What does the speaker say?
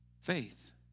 Faith